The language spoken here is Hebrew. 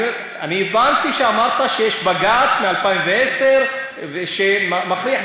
הבנתי שאמרת שיש בג"ץ מ-2010 שמכריח.